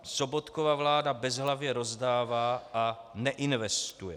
Sobotkova vláda bezhlavě rozdává a neinvestuje.